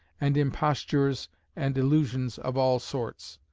and impostures and illusions of all sorts.